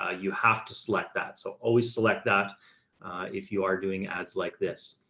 ah you have to select that. so always select that if you are doing ads like this.